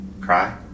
Cry